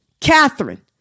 Catherine